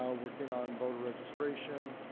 yeah working on voter registration,